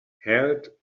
held